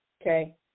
Okay